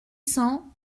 cents